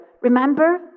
remember